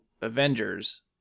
Avengers